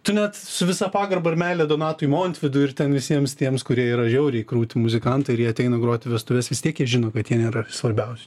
tu net su visa pagarba ir meile donatui montvydui ir ten visiems tiems kurie yra žiauriai krūti muzikantai ir jie ateina groti į vestuves vis tiek jie žino kad jie nėra svarbiausi